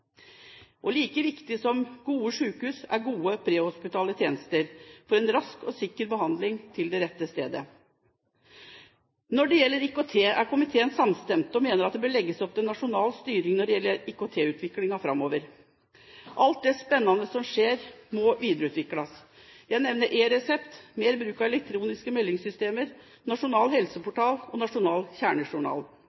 lokalsykehus. Like viktig som gode sykehus er gode prehospitale tjenester for en rask og sikker behandling til det rette stedet. Når det gjelder IKT, er komiteen samstemt, og mener det bør legges opp til en nasjonal styring når det gjelder IKT-utviklingen framover. Alt det spennende som skjer, må videreutvikles. Jeg nevner eResept, mer bruk av elektroniske meldingssystemer, nasjonal